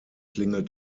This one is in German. klingelt